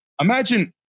Imagine